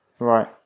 Right